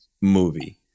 movie